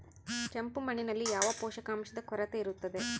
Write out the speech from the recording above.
ಕೆಂಪು ಮಣ್ಣಿನಲ್ಲಿ ಯಾವ ಪೋಷಕಾಂಶದ ಕೊರತೆ ಇರುತ್ತದೆ?